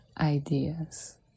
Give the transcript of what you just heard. ideas